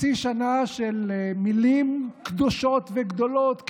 חצי שנה של מילים "קדושות" וגדולות,